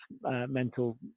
mental